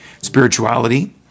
Spirituality